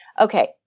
Okay